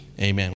Amen